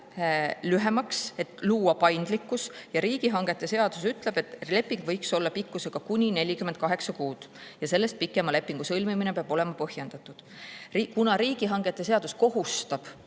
lühemaks, et luua paindlikkus, ja riigihangete seadus ütleb, et leping võiks olla pikkusega kuni 48 kuud ja sellest pikema lepingu sõlmimine peab olema põhjendatud. Kuna riigihangete seadus kohustab